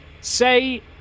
say